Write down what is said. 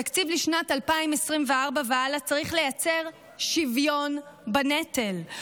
התקציב לשנת 2024 והלאה צריך לייצר שוויון בנטל.